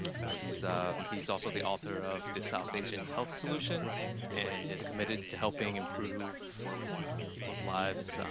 so he's he's also the author of the south asian health solution and is committed to helping improve people's lives,